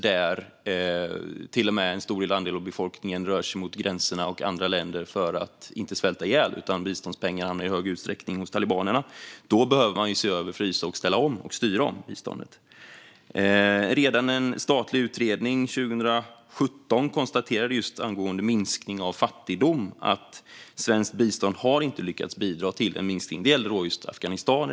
Där rör sig en stor andel av befolkningen mot gränserna och till andra länder för att inte svälta ihjäl då biståndspengarna i stor utsträckning hamnar hos talibanerna. Då behöver man se över, frysa och styra om biståndet. Redan 2017 konstaterade en statlig utredning just, angående minskning av fattigdom, att svenskt bistånd inte har lyckats bidra till en minskning. Det gällde Afghanistan.